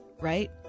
right